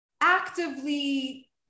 actively